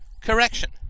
correction